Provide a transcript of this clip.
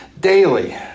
Daily